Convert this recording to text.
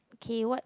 K what